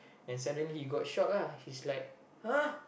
and suddenly he got shocked ah he's like !huh!